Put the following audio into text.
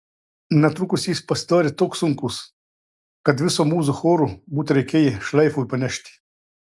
netrukus jis pasidarė toks sunkus kad viso mūzų choro būtų reikėję šleifui panešti